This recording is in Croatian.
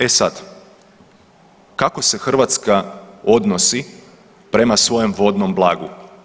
E sad, kako se Hrvatska odnosi prema svojem vodnom blagu?